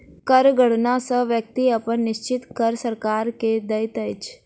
कर गणना सॅ व्यक्ति अपन निश्चित कर सरकार के दैत अछि